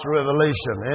revelation